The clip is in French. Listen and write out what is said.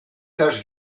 taches